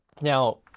Now